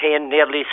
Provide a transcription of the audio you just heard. nearly